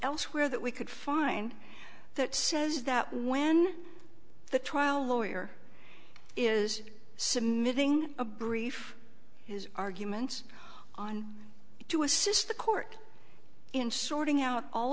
elsewhere that we could find that says that when the trial lawyer is submitting a brief his arguments on to assist the court in sorting out all